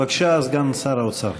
בבקשה, סגן שר האוצר.